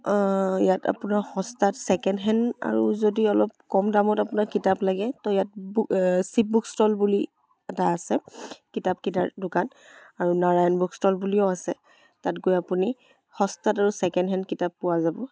ইয়াত আপোনাৰ সস্তাত ছেকেণ্ড হেণ্ড আৰু যদি অলপ কম দামত আপোনাক কিতাপ লাগে তো ইয়াত বু শিৱ বুকষ্টল বুলি এটা আছে কিতাপ কিনাৰ দোকান আৰু নাৰায়ণ বুকষ্টল বুলিও আছে তাত গৈ আপুনি সস্তাত আৰু ছেকেণ্ড হেণ্ড কিতাপ পোৱা যাব